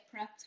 prepped